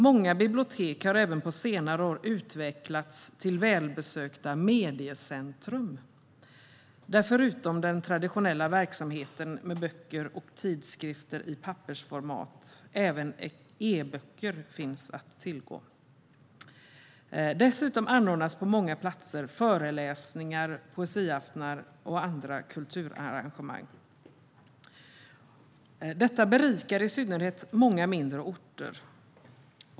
Många bibliotek har även på senare år utvecklats till välbesökta mediecentrum där förutom den traditionella verksamheten med böcker och tidskrifter i pappersformat även e-böcker finns att tillgå. Dessutom anordnas på många platser föreläsningar, poesiaftnar och andra kulturarrangemang. Detta berikar i synnerhet många mindre orter.